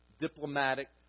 diplomatic